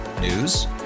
News